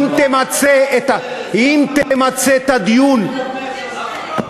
אם תמצה את הדיון, אז מה תעשה אתם?